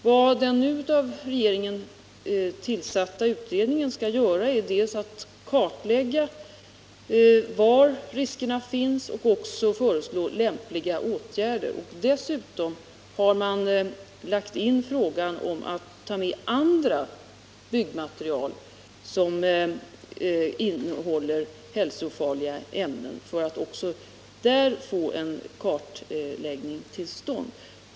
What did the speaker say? Vad den nu av regeringen tillsatta utredningen skall göra är dels att kartlägga var riskerna finns, dels att föreslå lämpliga åtgärder. Dessutom har man lagt in frågan om andra byggmaterial som innehåller hälsofarliga ämnen för att också när det gäller sådant material få en kartläggning till stånd.